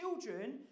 children